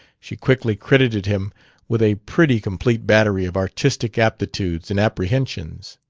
she quickly credited him with a pretty complete battery of artistic aptitudes and apprehensions.